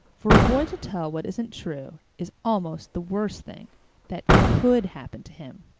for a boy to tell what isn't true is almost the worst thing that could happen to him.